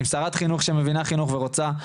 עם שרת חינוך שמבינה חינוך ורוצה,